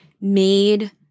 made